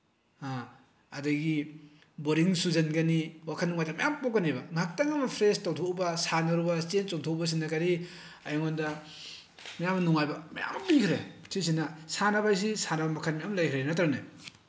ꯑꯗꯒꯤ ꯕꯣꯔꯤꯡ ꯆꯨꯁꯤꯟꯒꯅꯤ ꯋꯥꯈꯜ ꯅꯨꯡꯉꯥꯏꯇꯕ ꯃꯌꯥꯝ ꯄꯣꯛꯀꯅꯦꯕ ꯉꯥꯛꯇꯪ ꯑꯃ ꯐ꯭ꯔꯦꯁ ꯇꯧꯊꯣꯛꯎꯕ ꯁꯥꯟꯅꯔꯨꯕ ꯆꯦꯟ ꯆꯣꯡꯊꯣꯛꯎꯕꯁꯤꯅ ꯀꯔꯤ ꯑꯩꯉꯣꯟꯗ ꯌꯥꯝ ꯅꯨꯡꯉꯥꯏꯕ ꯃꯌꯥꯝ ꯑꯃ ꯄꯤꯈ꯭ꯔꯦ ꯁꯤꯅꯤꯅ ꯁꯥꯟꯅꯕꯁꯤ ꯍꯥꯏꯗꯤ ꯁꯥꯟꯅꯕ ꯃꯈꯜ ꯃꯌꯥꯝ ꯂꯩꯈ꯭ꯔꯦ ꯅꯠꯇ꯭ꯔꯅꯦ